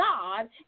God